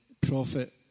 prophet